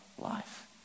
life